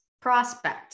prospect